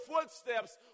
footsteps